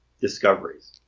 discoveries